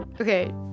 Okay